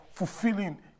fulfilling